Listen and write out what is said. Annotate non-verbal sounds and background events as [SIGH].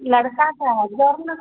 लड़का का है [UNINTELLIGIBLE]